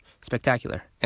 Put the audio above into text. spectacular